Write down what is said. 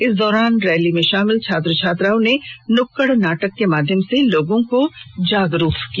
इस दौरान रैली में शामिल छात्र छात्राओं ने नुक्कड़ नाटक के माध्यम से लोगों को जागरूक किया